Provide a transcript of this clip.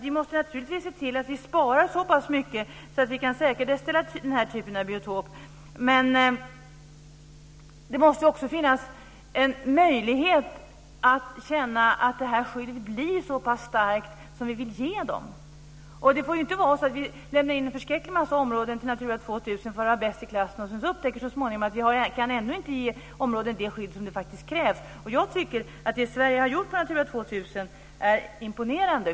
Vi måste naturligtvis se till att vi sparar så pass mycket att vi kan säkerställa en typ av biotop. Men det måste också finnas en möjlighet att känna att skyddet blir så pass starkt som vi vill. Det får inte vara så att vi lämnar in en förskräcklig mängd områden till Natura 2000 för att vara bäst i klassen och så småningom upptäcker att vi ändå inte kan se områden det skydd som faktiskt krävs. Jag tycker att det Sverige har gjort inom Natura 2000 är imponerande.